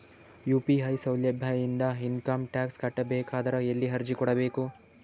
UPI ಸೌಲಭ್ಯ ಇಂದ income tax ಕಟ್ಟಬೇಕಾದರ ಎಲ್ಲಿ ಅರ್ಜಿ ಕೊಡಬೇಕು?